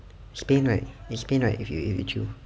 it's pain right it's pain right if you if you chew